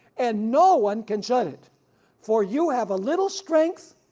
and no one can shut it for you have a little strength,